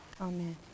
Amen